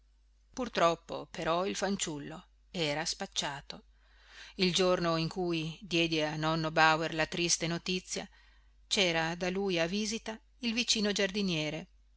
purtroppo però il fanciullo era spacciato il giorno in cui diedi a nonno bauer la triste notizia cera da lui a visita il vicino giardiniere